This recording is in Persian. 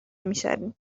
میشویم